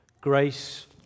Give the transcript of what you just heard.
grace